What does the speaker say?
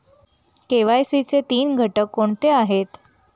KYC चे तीन घटक कोणते आहेत?